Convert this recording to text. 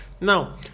Now